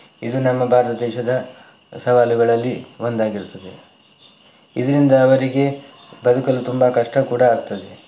ಇದು ನಮ್ಮ ಭಾರತ ದೇಶದ ಸವಾಲುಗಳಲ್ಲಿ ಒಂದಾಗಿರುತ್ತದೆ ಇದರಿಂದ ಅವರಿಗೆ ಬದುಕಲು ತುಂಬ ಕಷ್ಟ ಕೂಡ ಆಗ್ತದೆ